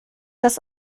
das